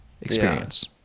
experience